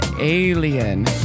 alien